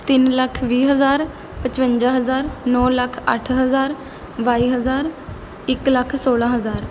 ਤਿੰਨ ਲੱਖ ਵੀਹ ਹਜ਼ਾਰ ਪਚਵੰਜਾ ਹਜ਼ਾਰ ਨੌ ਲੱਖ ਅੱਠ ਹਜ਼ਾਰ ਬਾਈ ਹਜ਼ਾਰ ਇੱਕ ਲੱਖ ਸੌਲ੍ਹਾਂ ਹਜ਼ਾਰ